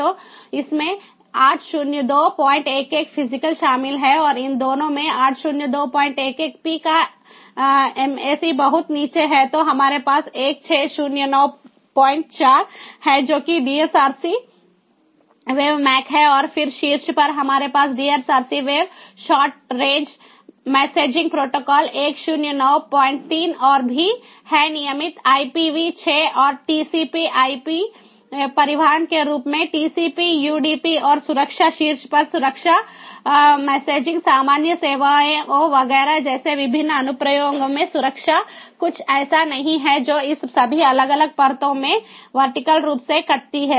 तो इसमें 80211 फिजिकल शामिल है और इन दोनों में 80211p का MAC बहुत नीचे है तो हमारे पास 16094 है जो कि DSRC WAVE MAC है और फिर शीर्ष पर हमारे पास DSRC wave short range messaging protocol 16093 और भी है नियमित आईपीवी 6 और टीसीपी आईपी परिवहन के रूप में टीसीपी यूडीपी और सुरक्षा शीर्ष पर सुरक्षा मैसेजिंग सामान्य सेवाओं वगैरह जैसे विभिन्न अनुप्रयोगों में सुरक्षा कुछ ऐसी है जो इन सभी अलग अलग परतों में वर्टिकल रूप से कटती है